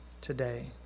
today